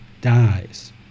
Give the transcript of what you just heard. dies